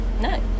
No